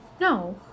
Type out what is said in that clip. No